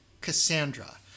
Cassandra